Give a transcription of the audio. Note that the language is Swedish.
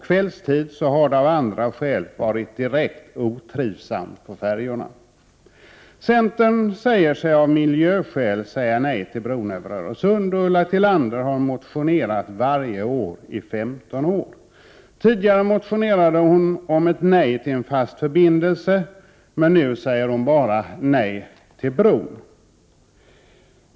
Kvällstid har det av andra skäl varit direkt otrivsamt på färjorna. Centern påstår sig av miljöskäl säga nej till bron över Öresund. Ulla Tillander har motionerat varje år i 15 år. Tidigare motionerade hon om ett 33 nej till en fast förbindelse, men nu säger hon bara nej till bron.